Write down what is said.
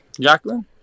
Jacqueline